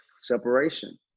separation